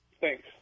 Thanks